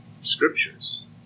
scriptures